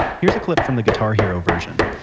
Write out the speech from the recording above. here's a clip from the guitar hero version